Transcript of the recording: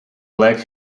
black